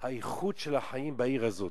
איכות החיים בעיר הזאת